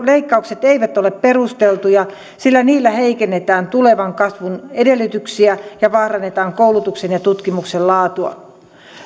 leikkaukset eivät ole perusteltuja sillä niillä heikennetään tulevan kasvun edellytyksiä ja vaarannetaan koulutuksen ja tutkimuksen laatua